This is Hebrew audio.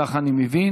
כך אני מבין.